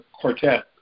quartet